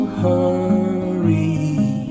hurry